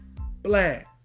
black